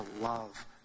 love